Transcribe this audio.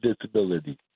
disability